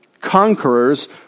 conqueror's